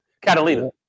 Catalina